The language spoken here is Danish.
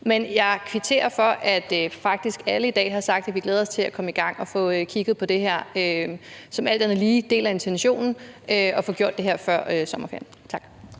Men jeg kvitterer for, at faktisk alle i dag har sagt, at de glæder sig til at komme i gang og få kigget på det her. Så alt andet lige deler jeg intentionen om at få gjort det her før sommerferien. Tak.